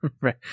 right